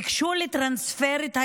הם ביקשו לטרנספר את היהודים,